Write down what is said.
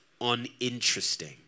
uninteresting